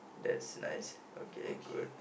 that's nice okay good